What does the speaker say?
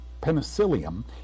Penicillium